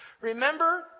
Remember